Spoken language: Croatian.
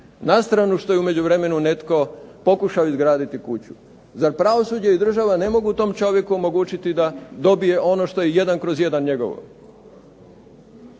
na stranu što je u međuvremenu netko pokušao sagraditi kuću, zar pravosuđe i država ne može tom čovjeku omogućiti da dobije ono što je jedan kroz jedan njegovo?